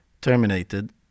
terminated